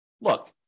look